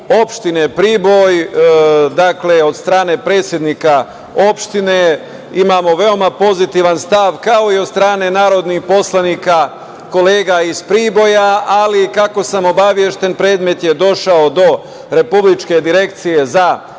opštine Priboj, dakle, od strane predsednika opštine, imamo veoma pozitivan stav, kao i od strane narodnih poslanika, kolega iz Priboja, ali, kako sam obavešten, predmet je došao do Republičke direkcije za imovinu